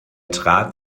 trat